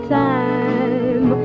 time